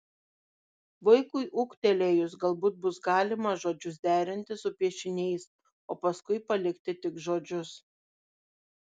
vaikui ūgtelėjus galbūt bus galima žodžius derinti su piešiniais o paskui palikti tik žodžius